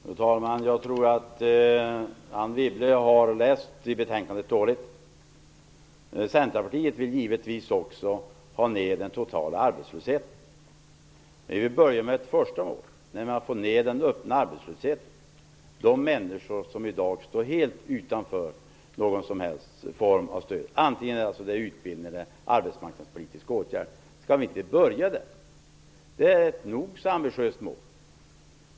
Fru talman! Jag tror att Anne Wibble har läst betänkandet dåligt. Centerpartiet vill givetvis också få ned den totala arbetslösheten. Men vi börjar med ett första mål, nämligen att få ned den öppna arbetslösheten. Det gäller de människor som i dag står helt utanför någon som helst form av stöd, varken utbildnings eller arbetsmarknadspolitiska åtgärder. Skall vi inte börja där? Det är ett nog så ambitiöst mål.